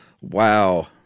Wow